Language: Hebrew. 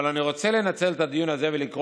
אבל אני רוצה לנצל את הדיון הזה ולקרוא